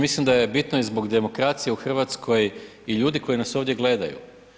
Mislim da je bitno i zbog demokracije u Hrvatskoj i ljudi koji nas ovdje gledaju.